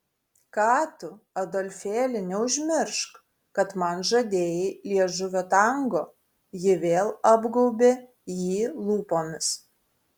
ką tu adolfėli neužmiršk kad man žadėjai liežuvio tango ji vėl apgaubė jį lūpomis